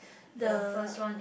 the